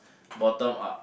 bottom up